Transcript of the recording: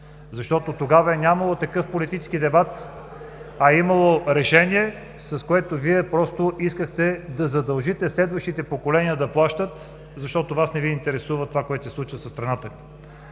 Тогава не е имало такъв политически дебат, а е имало решение, с което Вие просто искахте да задължите следващите поколения да плащат, защото Вас не Ви интересува това, което се случва със страната